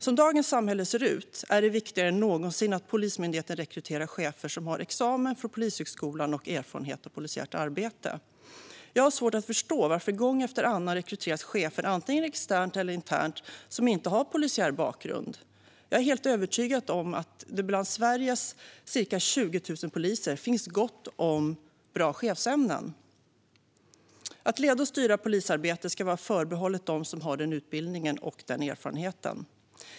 Som dagens samhälle ser ut är det viktigare än någonsin att Polismyndigheten rekryterar chefer som har examen från Polishögskolan och erfarenhet av polisiärt arbete. Jag har svårt att förstå varför det gång efter annan rekryteras chefer antingen externt eller internt som inte har polisiär bakgrund. Jag är helt övertygad om att det bland Sveriges ca 20 000 poliser finns gott om bra chefsämnen. Att leda och styra polisarbete ska vara förbehållet dem som har den utbildningen och den erfarenheten.